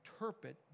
interpret